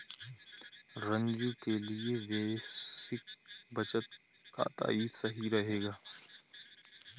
रंजू के लिए बेसिक बचत खाता ही सही रहेगा